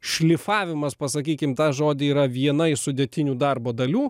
šlifavimas pasakykim tą žodį yra viena iš sudėtinių darbo dalių